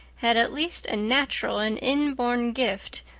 had at least a natural and inborn gift,